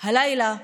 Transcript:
הלילה,